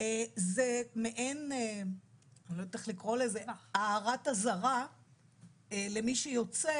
זה מעין הערת אזהרה למי שיוצא.